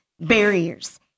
barriers